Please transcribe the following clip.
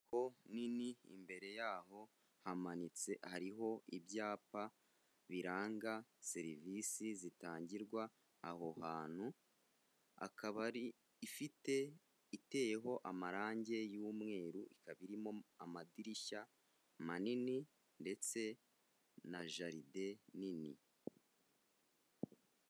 Inyubako nini i imbere yaho hamanitse hariho ibyapa biranga serivisi zitangirwa aho hantu, akaba ari ifite iteyeho amarangi y'umweru, ikaba irimo amadirishya manini ndetse na jalide nini.